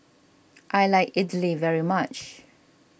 I like Idili very much